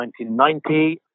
1990